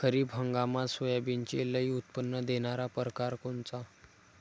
खरीप हंगामात सोयाबीनचे लई उत्पन्न देणारा परकार कोनचा?